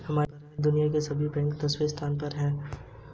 हमारी चल निधि अब समाप्त होने के कगार पर है